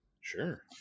sure